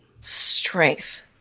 Strength